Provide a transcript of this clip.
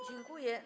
Dziękuję.